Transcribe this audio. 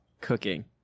Cooking